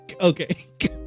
Okay